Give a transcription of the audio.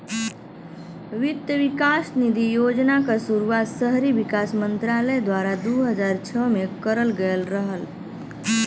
वित्त विकास निधि योजना क शुरुआत शहरी विकास मंत्रालय द्वारा दू हज़ार छह में करल गयल रहल